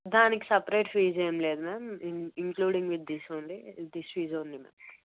దానికి separate fee ఏం లేదు ma'am including with this only this fees only ma'am